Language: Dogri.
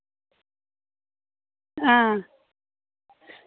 आं